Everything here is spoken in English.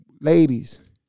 ladies